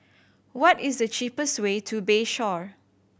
what is the cheapest way to Bayshore